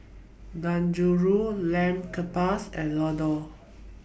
Dangojiru Lamb Kebabs and Ladoo